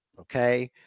Okay